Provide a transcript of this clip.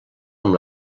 amb